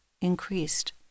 increased